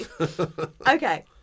Okay